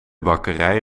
bakkerij